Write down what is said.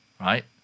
right